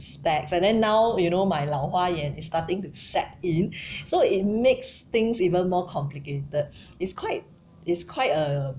specs and then now you know my 老花眼 is starting to set in so it makes things even more complicated it's quite it's quite a